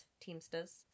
teamsters